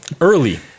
early